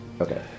Okay